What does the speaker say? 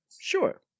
Sure